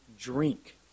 drink